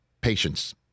patience